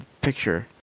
picture